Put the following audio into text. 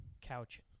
couch